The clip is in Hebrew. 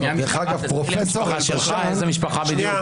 מי המשפחה, איזה משפחה בדיוק?